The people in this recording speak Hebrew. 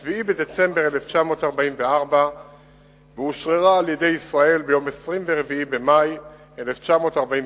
7 בדצמבר 1944 ואושררה על-ידי ישראל ביום 24 במאי 1949,